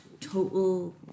total